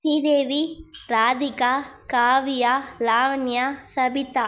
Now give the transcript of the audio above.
Sridevi Radhika Kavya Lavanya Sabitha